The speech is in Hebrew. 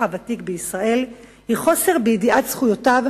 הוותיק בישראל היא חוסר בידיעת זכויותיו,